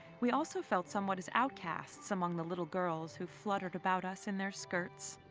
we also felt somewhat as outcasts among the little girls who fluttered about us in their skirts.